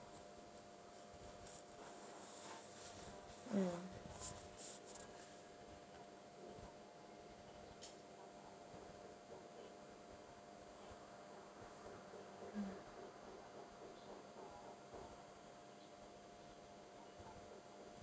mm